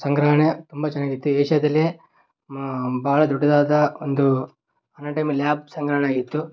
ಸಂಗ್ರಹಣೆ ತುಂಬ ಚೆನ್ನಾಗಿತ್ತು ಏಷ್ಯಾದಲ್ಲೆ ಭಾಳ ದೊಡ್ಡದಾದ ಒಂದು ಅನಾಟಮಿ ಲ್ಯಾಬ್ ಸಂಗ್ರಹಣೆ ಆಗಿತ್ತು